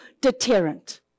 deterrent